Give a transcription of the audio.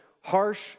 harsh